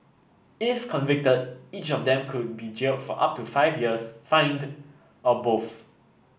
if convicted each of them could be jailed for up to five years fined or both